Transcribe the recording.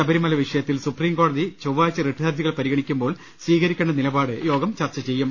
ശബരിമല വിഷയത്തിൽ സുപ്രിംകോടതി ചൊവ്വാഴ്ച റിട്ട് ഹർജികൾ പരിഗണിക്കുമ്പോൾ സ്വീകരിക്കേണ്ട നിലപാട് യോഗം ചർച്ച ചെയ്യും